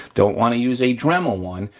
don't wanna use a dremel one,